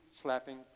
slapping